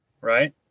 Right